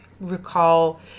recall